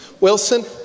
Wilson